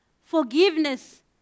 forgiveness